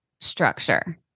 structure